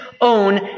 own